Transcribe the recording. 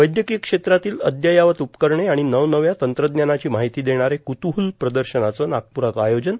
वैद्यकीय क्षेत्रातील अद्ययावत उपकरणे आणि नवनव्या तंत्रज्ञानाची माहिती देणारे क्तूहल प्रदर्शनाचं नागपूरात आयोजन